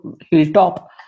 hilltop